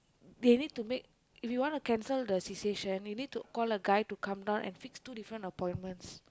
they need to make if you want to cancel the cessation you need to call the guy to come down and fix two different appointments